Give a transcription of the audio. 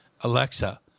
alexa